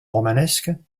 romanesque